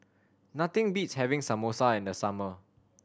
nothing beats having Samosa in the summer